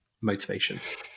motivations